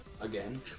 again